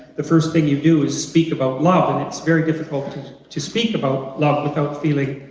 the first thing you do is speak about love and it's very difficult to to speak about love without feeling,